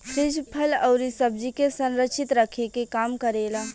fridge फल अउरी सब्जी के संरक्षित रखे के काम करेला